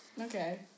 Okay